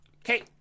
okay